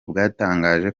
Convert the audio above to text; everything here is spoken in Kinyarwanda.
bwatangaje